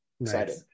excited